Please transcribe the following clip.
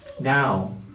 now